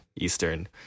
Eastern